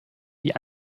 die